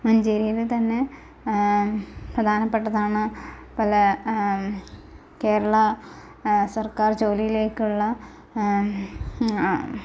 മഞ്ചേരിയിൽ തന്നെ പ്രധാനപ്പെട്ടതാണ് പല കേരള സർക്കാർ ജോലിയിലേക്കുള്ള